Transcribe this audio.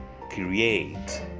create